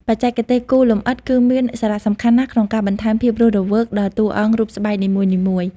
បច្ចេកទេសគូរលម្អិត គឺមានសារៈសំខាន់ណាស់ក្នុងការបន្ថែមភាពរស់រវើកដល់តួអង្គរូបស្បែកនីមួយៗ។